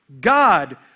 God